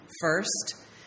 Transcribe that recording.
first